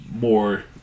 more